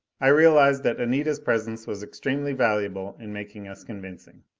i realized that anita's presence was extremely valuable in making us convincing.